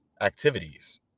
activities